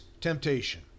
temptation